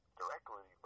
directly